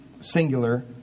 singular